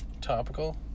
Topical